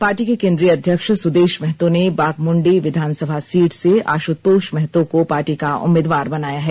party के केंद्रीय अध्यक्ष सुदेश महतो ने बाघमुण्डी विधानसभा सीट से आश्तोष महतो को पार्टी का उम्मीदवार बनाया है